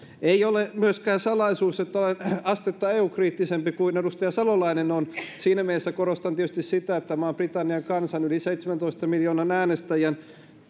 ei ole myöskään salaisuus että olen astetta eu kriittisempi kuin edustaja salolainen on siinä mielessä korostan tietysti sitä että maan britannian kansan ja yli seitsemäntoista miljoonan äänestäjän